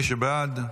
מי שבעד,